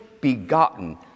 begotten